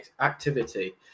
activity